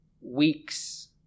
weeks